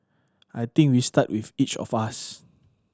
I think we start with each of us